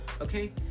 okay